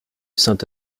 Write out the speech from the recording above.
saint